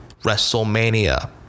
WrestleMania